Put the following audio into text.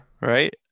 Right